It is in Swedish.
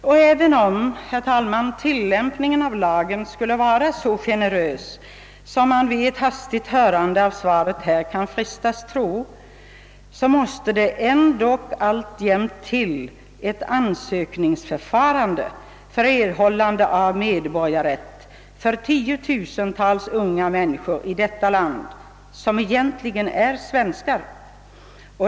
Och även om tillämpningen av lagen skulle vara så generös, herr talman, som man kan frestas att tro om man här hastigt lyssnar till statsrådets svar, måste det ändock alltjämt till ett ansökningsförfarande för erhållande av medborgarrätt när det gäller tiotusental unga människor i detta land, som egentligen är svenskar.